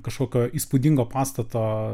kažkokio įspūdingo pastato